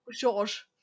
George